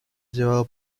llevado